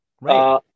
Right